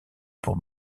pour